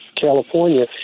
California